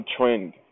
trend